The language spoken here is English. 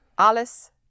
Alles